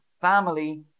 family